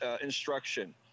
instruction